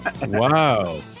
Wow